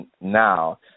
now